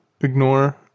ignore